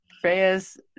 Freya's